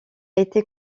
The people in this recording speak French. été